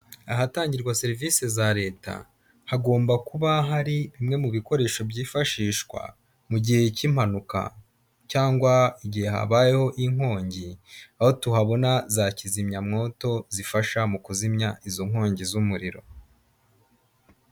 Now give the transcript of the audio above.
Ahatangirwa serivisi za leta hagomba kuba hari bimwe mu bikoresho byifashishwa mu gihe cy'impanuka cyangwa igihe habayeho inkongi, aho tuhabona za kizimyamwoto zifasha mu kuzimya izo nkongi z'umuriro.